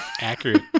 Accurate